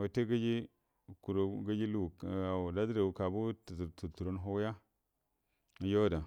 wate, kuragu dadəra kabugu, tutturori huguiya yuo ada.